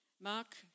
Mark